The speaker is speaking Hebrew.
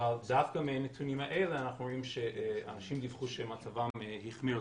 אבל דווקא מהנתונים האלה אנחנו רואים שאנשים דיווחו שמצבם החמיר,